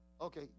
Okay